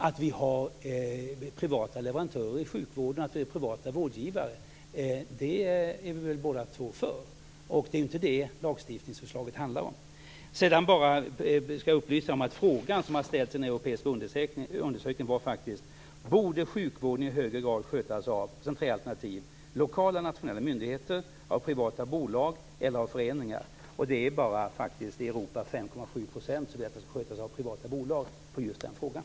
Att vi har privata leverantörer i sjukvården, att vi har privata vårdgivare är vi båda två för. Men det är inte det lagstiftningsförslaget handlar om. Sedan ska jag bara upplysa om att frågan som har ställts i den europeiska undersökningen var: Borde sjukvården i högre grad skötas av - och sedan tre alternativ - lokala nationella myndigheter, privata bolag eller föreningar? Det är faktiskt bara 5,7 % i Europa som vill att det ska skötas av privata bolag när det gäller just den frågan.